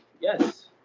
Yes